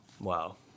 Wow